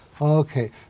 Okay